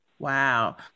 Wow